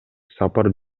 сапар